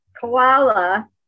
koala